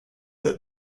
that